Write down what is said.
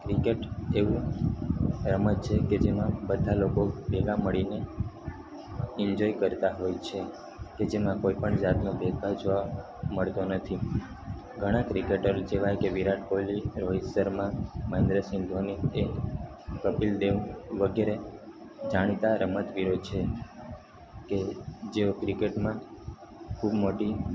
cricket એવું રમત છે કે જેમાં બધા લોકો ભેગા મળીને એન્જોય કરતાં હોય છે કે જેમાં કોઈપણ જાતનો ભેદભાવ જોવા મળતો નથી ઘણા ક્રિકેટર જેવા કે વિરાટ કોહલી રોહિત શર્મા મહેન્દ્ર સિંઘ ધોની એ કપિલ દેવ વગેરે જાણીતા રમતવીરો છે કે જેઓ ક્રિકેટમાં ખૂબ મોટી